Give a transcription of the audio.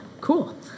Cool